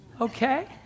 Okay